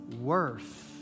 worth